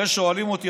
הרי שואלים אותי,